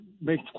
make